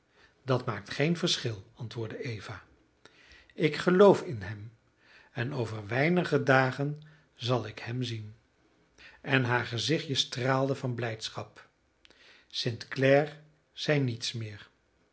dat maakt geen verschil antwoordde eva ik geloof in hem en over weinige dagen zal ik hem zien en haar gezichtje straalde van blijdschap st clare zei niets meer